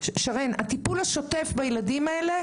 הטיפול השוטף בילדים האלה